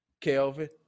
kelvin